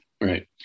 Right